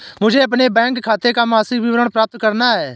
मुझे अपने बैंक खाते का मासिक विवरण प्राप्त करना है?